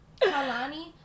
Kalani